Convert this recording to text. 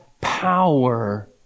power